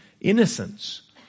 innocence